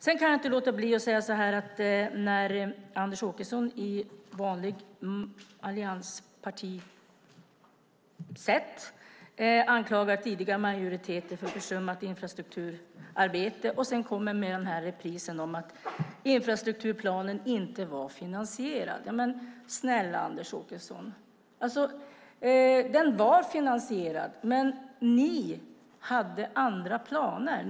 Sedan kan jag inte låta bli att säga så här när Anders Åkesson på vanligt allianspartisätt anklagar tidigare majoriteter för försummat infrastrukturarbete och sedan kommer med reprisen om att infrastrukturplanen inte var finansierad: Snälla Anders Åkesson, den var finansierad, men ni hade andra planer!